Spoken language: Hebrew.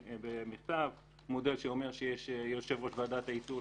במכתב מודל שאומר שיש יושב-ראש ועדת איתור,